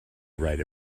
right